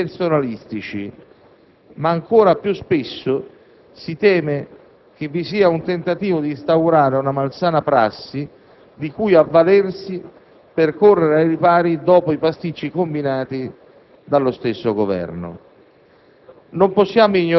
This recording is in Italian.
frutto di scarsa meditazione e scarsa attenzione. Sempre più spesso ci troviamo a dover assistere a tentativi di questa maggioranza di far passare come interesse del Paese dei meri interessi politici e personalistici.